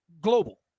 global